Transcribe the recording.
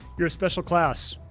you're a special class.